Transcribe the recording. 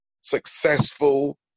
successful